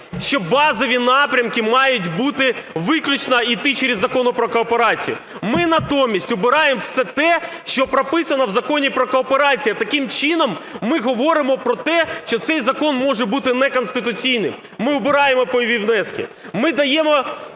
що базові напрямки мають бути, виключно йти через Закон "Про кооперацію". Ми натомість убираємо все те, що прописано в Законі "Про кооперацію", а, таким чином, ми говоримо про те, що цей закон може бути неконституційним. Ми убираємо пайові внески, ми не даємо